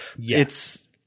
It's-